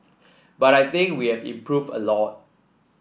but I think we have improved a lot